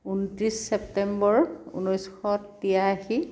ঊনত্ৰিছ ছেপ্টেম্বৰ ঊনৈছশ তিৰাশী